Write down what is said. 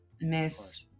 miss